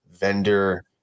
vendor